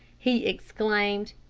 he exclaimed,